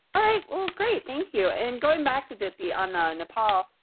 ah well great. thank you. and going back to dipti on ah nepal,